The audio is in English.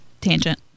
tangent